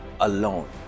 alone